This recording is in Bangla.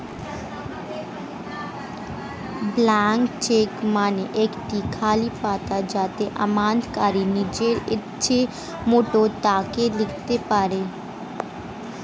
ব্লাঙ্ক চেক মানে একটি খালি চেক পাতা যাতে আমানতকারী নিজের ইচ্ছে মতো টাকা লিখতে পারে